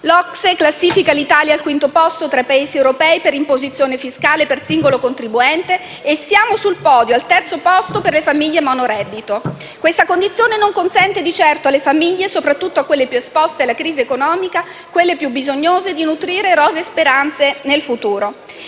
L'OCSE classifica l'Italia al quinto posto tra i Paesi europei per imposizione fiscale per singolo contribuente e siamo sul podio, al terzo posto, per le famiglie monoreddito. Questa condizione non consente di certo alle famiglie, soprattutto a quelle più esposte alla crisi economica, quelle più bisognose, di nutrire rosee speranze nel futuro